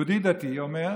יהודי דתי אומר: